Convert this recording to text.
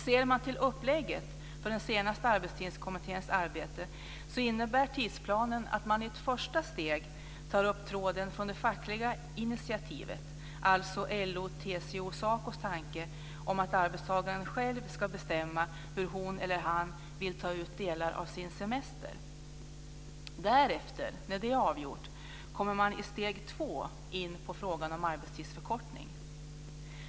Ser man till upplägget för den senaste Arbetstidskommitténs arbete innebär tidsplanen att man i ett första steg tar upp tråden från det fackliga initiativet, alltså LO-TCO-SACO:s tanke om att arbetstagaren själv ska bestämma hur hon eller han vill ta ut delar av sin semester. Därefter kommer man i steg 2 in på frågor om arbetstidsförkortning.